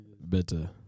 better